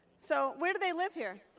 so where do they live here?